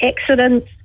accidents